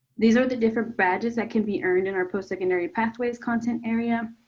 these are the different badges that can be earned in our postsecondary pathways content area.